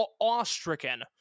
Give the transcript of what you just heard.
awestricken